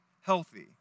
healthy